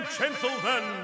gentlemen